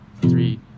three